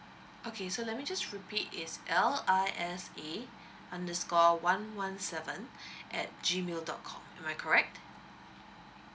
okay so let me just repeat is L I S A underscore one one seven at G mail dot com am I correct